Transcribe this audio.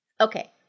Okay